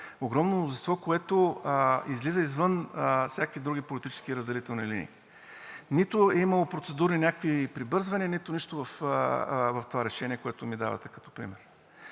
огромно мнозинство, което излиза от всякакви други политически разделителни линии. Нито е имало някакви прибързани процедури, нито нищо в това решение, което ми давате като пример.